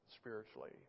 spiritually